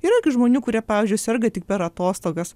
yra gi žmonių kurie pavyzdžiui serga tik per atostogas